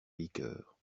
liqueurs